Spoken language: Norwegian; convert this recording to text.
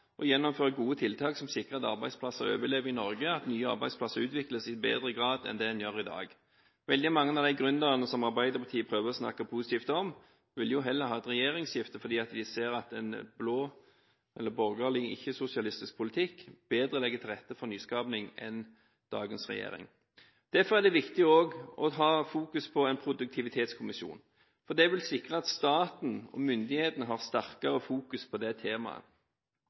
gjennomføre gode tiltak som sikrer at arbeidsplasser overlever i Norge, og at nye arbeidsplasser utvikles i større grad enn i dag. Veldig mange av de gründerne som Arbeiderpartiet prøver å snakke positivt om, vil heller ha et regjeringsskifte, fordi de ser at en blå eller borgerlig, ikke-sosialistisk politikk legger bedre til rette for nyskapning enn dagens regjering. Derfor er det viktig å ha fokus på en produktivitetskommisjon, for det vil sikre at staten og myndighetene har sterkere fokus på det temaet.